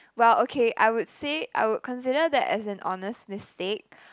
well okay I would say I would consider that as an honest mistake